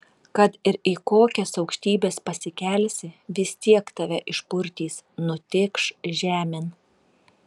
kad ir į kokias aukštybes pasikelsi vis tiek tave išpurtys nutėkš žemėn